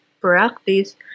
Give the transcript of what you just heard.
practice